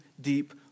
deep